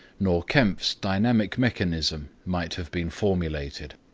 nor kempf's dynamic mechanism might have been formulated.